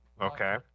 Okay